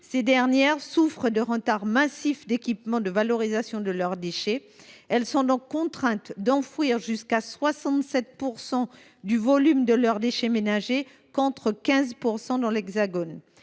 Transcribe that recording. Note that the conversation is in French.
Ces dernières souffrent d’un retard massif en équipements de valorisation de leurs déchets. Elles sont donc contraintes d’enfouir jusqu’à 67 % du volume de leurs déchets ménagers, contre 15 % dans l’Hexagone.